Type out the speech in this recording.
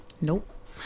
Nope